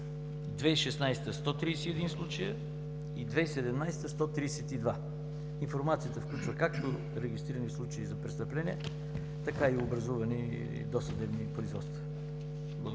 2016 г.– 131 случая; и 2017 г. – 132. Информацията включва, както регистрирани случаи за престъпления, така и образувани досъдебни производства. Благодаря